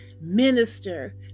minister